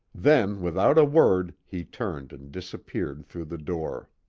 then without a word he turned and disappeared through the door.